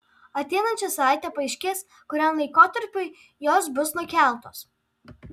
ateinančią savaitę paaiškės kuriam laikotarpiui jos bus nukeltos